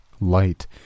Light